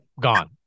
gone